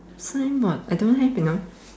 signboard I don't have you know